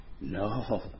No